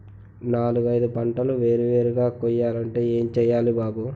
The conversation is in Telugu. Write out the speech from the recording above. నాలుగైదు పంటలు వేరు వేరుగా కొయ్యాలంటే ఏం చెయ్యాలి బాబూ